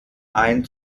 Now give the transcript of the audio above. ein